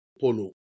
Polo